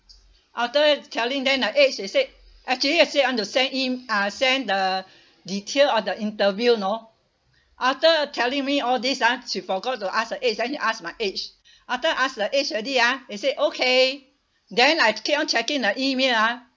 after telling them the age they said actually they said want to send in uh send the detail of the interview know after telling me all this ah he forgot to ask the age then he asked my age after ask the age already ah they said okay then I keep on checking the email ah